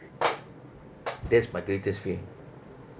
that's my greatest fear